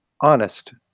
honest